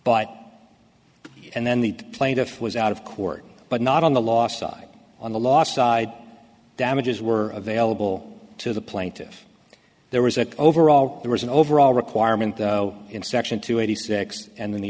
by and then the plaintiff was out of court but not on the last side on the last side damages were available to the plaintive there was an overall there was an overall requirement in section two eighty six and then the